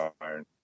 Iron